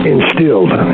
Instilled